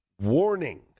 warning